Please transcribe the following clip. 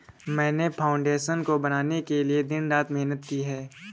मैंने फाउंडेशन को बनाने के लिए दिन रात मेहनत की है